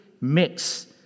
mix